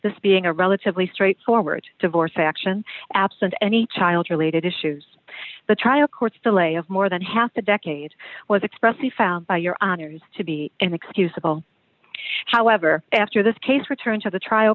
this being a relatively straightforward divorce action absent any child related issues the trial court's delay of more than half a decade was expressly found by your peers to be and excusable however after this case returned to the trial